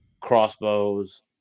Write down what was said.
crossbows